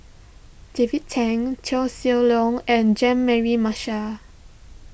David Tham Koh Seng Leong and Jean Mary Marshall